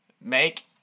make